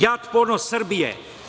JAT ponos Srbije.